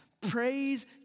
Praise